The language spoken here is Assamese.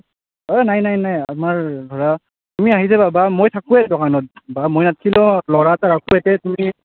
অঁ নাই নাই নাই আমাৰ ধৰা তুমি আহি যাবা বা মই থাকোৱেই দোকানত বা মই নাথাকিলিও ল'ৰা এটা ৰাখো ইয়াতে তুমি